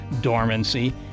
dormancy